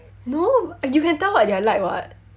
no you can tell what they're like [what]